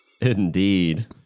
Indeed